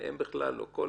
לא.